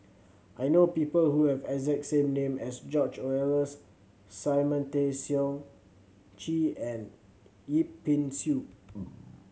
I know people who have exact same name as George Oehlers Simon Tay Seong Chee and Yip Pin Xiu